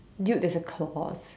dude there's a clause